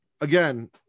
again